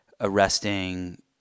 arresting